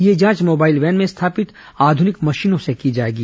यह जांच mobile van स्थापित आधुनिक मशीनों से की जाएगी